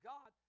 God